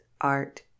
art